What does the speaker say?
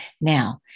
Now